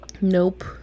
nope